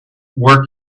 work